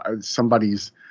Somebody's